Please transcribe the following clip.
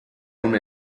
una